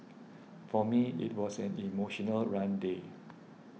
for me it was an emotional run day